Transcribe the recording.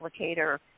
applicator